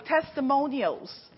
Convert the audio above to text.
testimonials